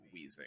Weezing